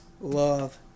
love